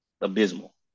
abysmal